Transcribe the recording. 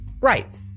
Right